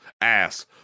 Ass